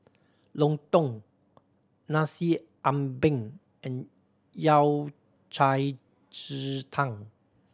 lontong Nasi Ambeng and Yao Cai ji tang